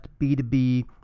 B2B